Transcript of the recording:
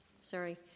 sorry